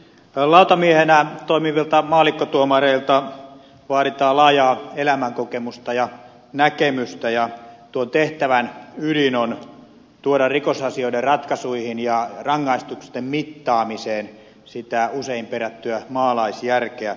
lautamiehenä toimivilta maallikkotuomareilta vaaditaan laajaa elämänkokemusta ja näkemystä ja tuon tehtävän ydin on tuoda rikosasioiden ratkaisuihin ja rangaistusten mittaamiseen sitä usein perättyä maalaisjärkeä